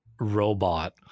robot